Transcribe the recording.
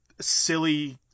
silly